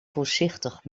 voorzichtig